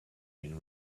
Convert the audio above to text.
been